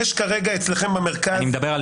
יש כרגע אצלכם במרכז --- אני מדבר על